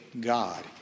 God